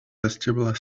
vestibular